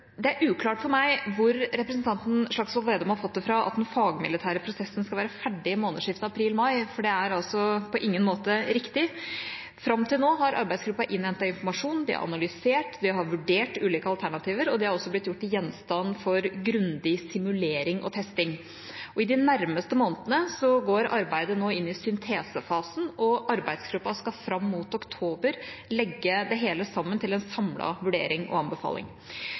Det er uklart for meg hvor representanten Slagsvold Vedum har fått det fra at den fagmilitære prosessen skal være ferdig i månedsskiftet april/mai, for det er på ingen måte riktig. Fram til nå har arbeidsgruppa innhentet informasjon. De har analysert, de har vurdert ulike alternativer, og det har vært foretatt grundig simulering og testing. I de nærmeste månedene går arbeidet inn i syntesefasen, og arbeidsgruppa skal fram mot oktober legge det hele sammen til en samlet vurdering og anbefaling.